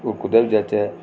ओह् कुदै बी जाचै